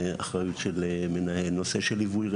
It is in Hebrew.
אחריות של מנהל, נושא של ליווי רפואי,